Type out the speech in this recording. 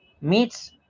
meets